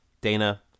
Dana